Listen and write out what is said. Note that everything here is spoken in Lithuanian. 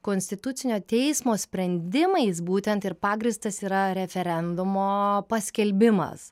konstitucinio teismo sprendimais būtent ir pagrįstas yra referendumo paskelbimas